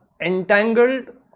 entangled